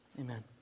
Amen